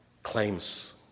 claims